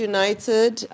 United